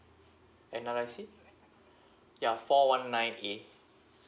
N_R_I_C ya four one nine A